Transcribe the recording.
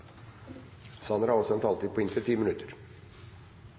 ordet, har en taletid på inntil 3 minutter.